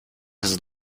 his